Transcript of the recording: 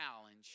challenge